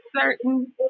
certain